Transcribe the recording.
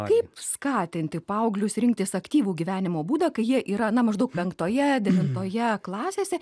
kaip skatinti paauglius rinktis aktyvų gyvenimo būdą kai jie yra na maždaug penktoje devintoje klasėse